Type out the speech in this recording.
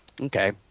Okay